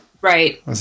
Right